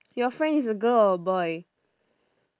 your friend is a girl or a boy